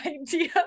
idea